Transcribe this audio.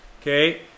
Okay